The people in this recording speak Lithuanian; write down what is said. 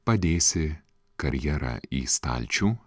padėsi karjera į stalčių